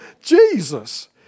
Jesus